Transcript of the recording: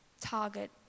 target